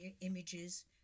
images